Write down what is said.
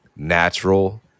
Natural